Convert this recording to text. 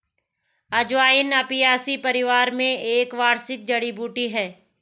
अजवाइन अपियासी परिवार में एक वार्षिक जड़ी बूटी है